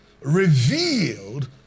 revealed